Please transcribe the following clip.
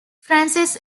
francis